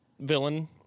villain